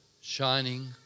shining